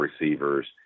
receivers